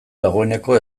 dagoeneko